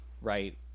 right